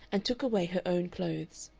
and took away her own clothes.